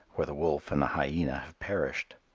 where the wolf and the hyena have perished.